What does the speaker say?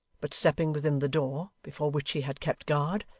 but stepping within the door, before which he had kept guard,